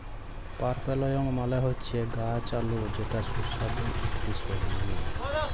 purple yam মালে হচ্যে গাছ আলু যেটা সুস্বাদু ইকটি সবজি